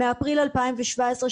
מאפריל 2017,